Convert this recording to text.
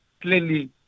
clearly